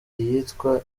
iyitwa